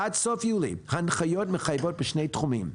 עד סוף יולי, הנחיות מחייבות בשני תחומים.